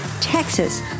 Texas